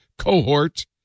cohort